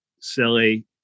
silly